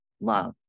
love